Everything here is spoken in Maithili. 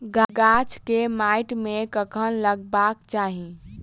गाछ केँ माइट मे कखन लगबाक चाहि?